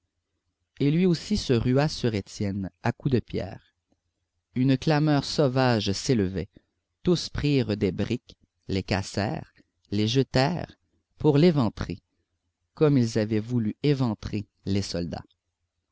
et lui aussi se rua sur étienne à coups de pierres une clameur sauvage s'élevait tous prirent des briques les cassèrent les jetèrent pour l'éventrer comme ils avaient voulu éventrer les soldats